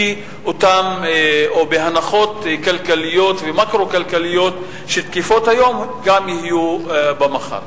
בהנחות כלכליות ומקרו-כלכליות שתקפות היום ויהיו גם מחר.